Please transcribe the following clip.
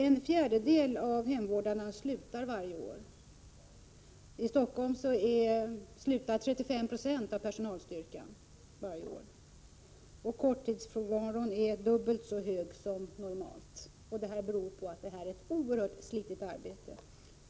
En fjärdedel av hemvårdarna slutar varje år — i Stockholm 35 90. Korttidsfrånvaron är dubbelt så hög som normalt. Det här beror på att det är ett oerhört slitigt arbete.